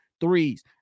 threes